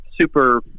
Super